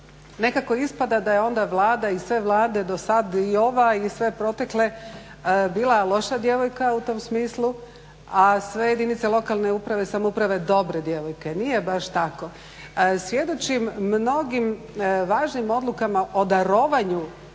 nekako ispada da je onda Vlada i sve Vlade do sad i ova i sve protekle bila loša djevojka u tom smislu, a sve jedinice lokalne samouprave dobre djevojke. Nije baš tako. Svjedočim mnogim važnim odlukama o darovanju